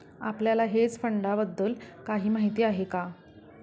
आपल्याला हेज फंडांबद्दल काही माहित आहे का?